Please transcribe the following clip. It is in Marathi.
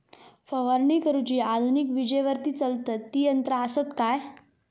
फवारणी करुची आधुनिक विजेवरती चलतत ती यंत्रा आसत काय?